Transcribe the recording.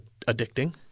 addicting